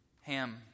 Ham